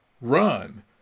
Run